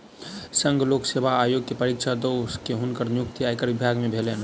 संघ लोक सेवा आयोग के परीक्षा दअ के हुनकर नियुक्ति आयकर विभाग में भेलैन